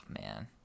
man